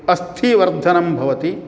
अस्थिवर्धनं भवति